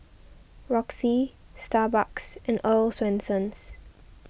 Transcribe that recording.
Roxy Starbucks and Earl's Swensens